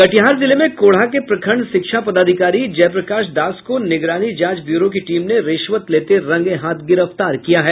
कटिहार जिले में कोढ़ा के प्रखंड शिक्षा पदाधिकारी जयप्रकाश दास को निगरानी जांच ब्यूरो की टीम ने रिश्वत लेते रंगे हाथ गिरफ्तार किया है